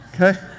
okay